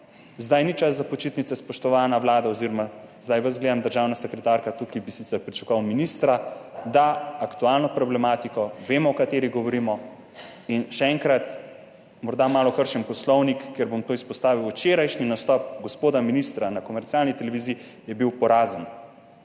Zdaj ni čas za počitnice, spoštovana vlada, oziroma zdaj vas gledam, državna sekretarka, tukaj bi sicer pričakoval ministra za aktualno problematiko, vemo, o kateri govorimo. In še enkrat, morda malo kršim poslovnik, ker bom to izpostavil, včerajšnji nastop gospoda ministra na komercialni televiziji je bil porazen.